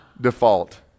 default